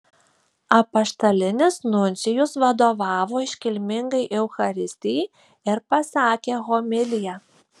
apaštalinis nuncijus vadovavo iškilmingai eucharistijai ir pasakė homiliją